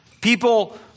People